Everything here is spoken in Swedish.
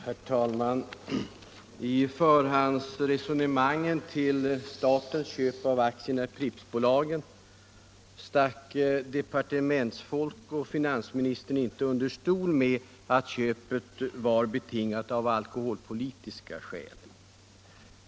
Herr talman! I förhandsresonemangen till statens köp av aktierna i Prippbolagen stack departementsfolk och finansministern inte under stol med att köpet var betingat av alkoholpolitiska skäl.